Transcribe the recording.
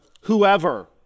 whoever